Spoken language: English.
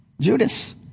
Judas